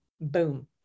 boom